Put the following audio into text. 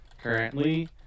currently